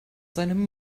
seinem